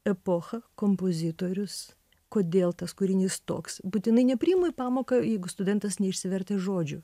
epocha kompozitorius kodėl tas kūrinys toks būtinai nepriimu į pamoką jeigu studentas neišsivertė žodžių